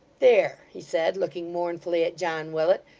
there, he said, looking mournfully at john willet,